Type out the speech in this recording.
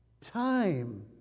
time